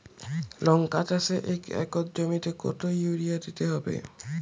লংকা চাষে এক একর জমিতে কতো ইউরিয়া দিতে হবে?